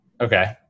Okay